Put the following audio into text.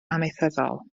amaethyddol